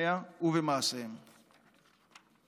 בלוחמיה ובמעשיהם וההוקרה.